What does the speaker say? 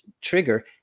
trigger